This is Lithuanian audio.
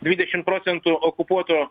dvidešim procentų okupuoto